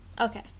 Okay